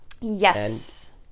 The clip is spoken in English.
Yes